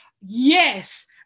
yes